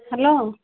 hello